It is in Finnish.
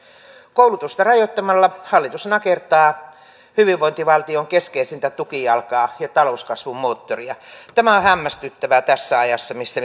koulutusta rajoittamalla hallitus nakertaa hyvinvointivaltion keskeisintä tukijalkaa ja talouskasvun moottoria tämä on hämmästyttävää tässä ajassa missä